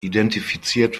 identifiziert